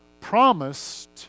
promised